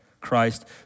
Christ